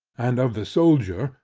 and of the soldier,